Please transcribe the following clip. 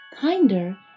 kinder